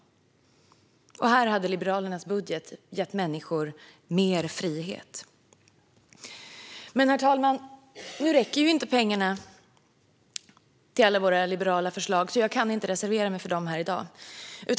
Här hade Liberalernas budget gett människorna mer frihet. Men, herr talman, nu räcker inte pengarna till alla våra liberala förslag, så jag kan inte reservera mig för dem här i dag.